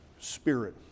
Spirit